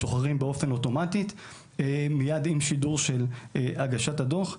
משוחררים באופן אוטומטי מיד עם שידור של הגשת הדוח.